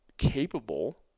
capable